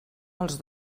els